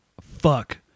fuck